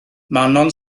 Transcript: manon